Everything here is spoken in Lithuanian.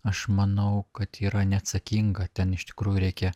aš manau kad yra neatsakinga ten iš tikrųjų reikia